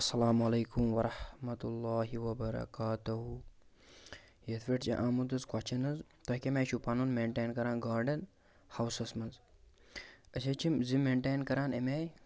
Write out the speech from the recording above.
اَسَلام علیکُم وَرحمتُہ اللہِ وَبَرَکاتُہوٗ یَِتھٕ پٲٹھۍ چھِ آمُت حظ کۅسچَن حظ تۄہہِ کَمہِ آیہِ چھُو پَنُن مِینٹین کَران گارڈَن ہاوسَس منٛز أسۍ حظ چھِ زِ مِینٹین کَران اَمہِ آیہِ